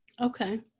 Okay